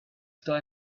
star